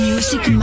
Music